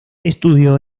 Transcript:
estudió